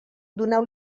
doneu